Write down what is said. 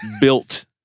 built